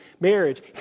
marriage